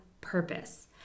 purpose